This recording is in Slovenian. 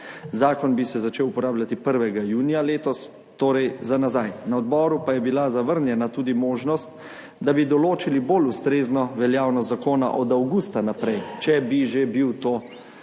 Zakon bi se začel uporabljati 1. junija letos, torej za nazaj, na odboru pa je bila zavrnjena tudi možnost, da bi določili bolj ustrezno veljavnost zakona od avgusta naprej, če bi že bil to